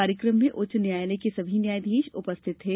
कार्यक्रम में उच्च न्यायालय के सभी न्यायाधीश उपरिथत थे